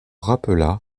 rappela